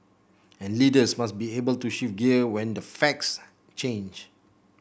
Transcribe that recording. and leaders must be able to shift gear when the facts change